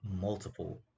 multiple